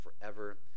forever